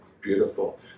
beautiful